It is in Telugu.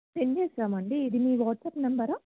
సెండ్ చేస్తాం అండి ఇది మీ వాట్సప్ నంబరా